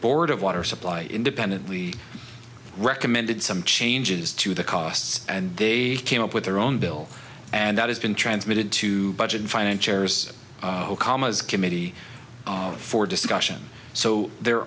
board of water supply independently recommended some changes to the costs and they came up with their own bill and that has been transmitted to budget and financial camas committee for discussion so there